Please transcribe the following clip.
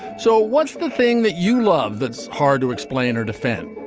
so what's the thing that you love? that's hard to explain or defend.